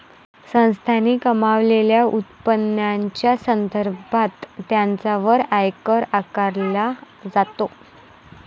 संस्थांनी कमावलेल्या उत्पन्नाच्या संदर्भात त्यांच्यावर आयकर आकारला जातो